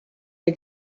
der